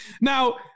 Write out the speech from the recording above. Now